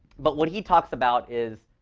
but what he talks about is,